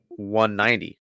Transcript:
190